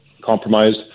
compromised